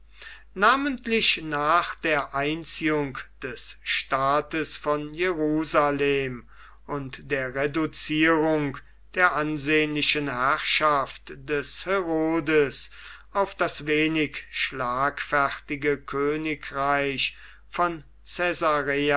namentlich nach der einziehung des staates von jerusalem und der reduzierung der ansehnlichen herrschaft des herodes auf das wenig schlagfertige königreich von